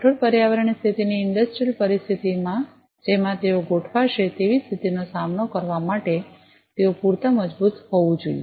કઠોર પર્યાવરણીય સ્થિતિની ઇંડસ્ટ્રિયલ પરિસ્થિતિ જેમાં તેઓ ગોઠવાશે તેવી સ્થિતિનો સામનો કરવા માટે તેઓ પૂરતા મજબૂત હોવું જોઈએ